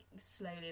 slowly